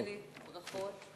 תרשה לי, ברכות.